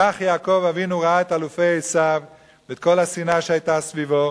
כך יעקב אבינו ראה את אלופי עשיו ואת כל השנאה שהיתה סביבו,